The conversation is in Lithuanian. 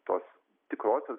tos tikrosios